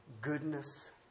goodness